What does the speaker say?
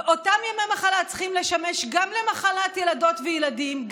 ואותם ימי מחלה צריכים לשמש גם למחלת ילדות וילדים,